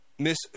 Miss